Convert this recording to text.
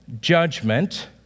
judgment